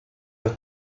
los